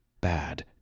bad